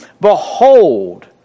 Behold